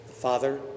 Father